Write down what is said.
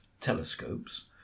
telescopes